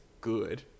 good